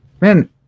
man